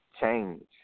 change